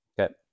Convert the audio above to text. Okay